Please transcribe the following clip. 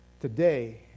today